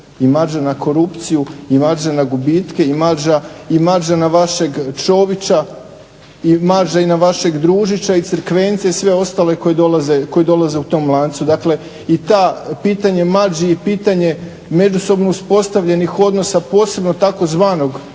i marža na korupciju i na gubitke i na vašeg Čovića i na vašeg Družića i Crkvenca i sve ostale koji dolaze u tom lancu. Dakle, i to pitanje marži i to pitanje međusobno uspostavljenih odnosa posebno tzv. javnog